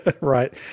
Right